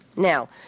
Now